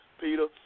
Peter